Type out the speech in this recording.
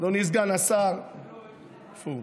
אדוני סגן השר, איפה הוא?